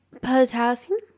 Potassium